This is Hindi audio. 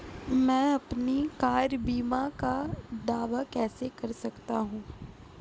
मैं अपनी कार बीमा का दावा कैसे कर सकता हूं?